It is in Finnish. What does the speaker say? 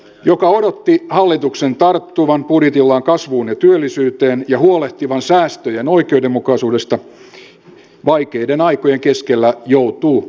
joka odotti hallituksen tarttuvan budjetillaan kasvuun ja työllisyyteen ja huolehtivan säästöjen oikeudenmukaisuudesta vaikeiden aikojen keskellä joutuu pettymään